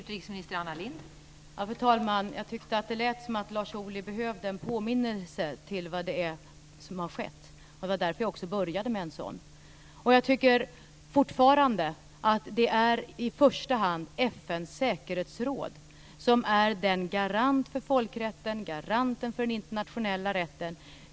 Fru talman! Jag tyckte att det lät som att Lars Ohly behövde en påminnelse om vad det är som har skett. Det var därför som jag också började med en sådan. Jag tycker fortfarande att det i första hand är FN:s säkerhetsråd som är garanten för folkrätten, garanten för den internationella rätten.